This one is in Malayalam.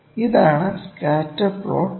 ഇതാണ് സ്കാറ്റർ പ്ലോട്ട് ഉപയോഗം